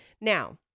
Now